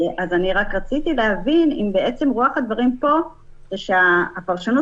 אני רק רציתי להבין אם רוח הדברים פה זה שהפרשנות